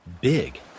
big